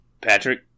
Patrick